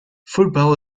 football